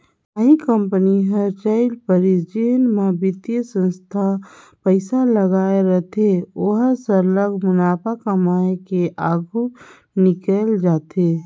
कहीं कंपनी हर चइल परिस जेन म बित्तीय संस्था पइसा लगाए रहथे ओहर सरलग मुनाफा कमाए के आघु निकेल जाथे